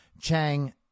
Chang